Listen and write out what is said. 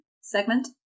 Segment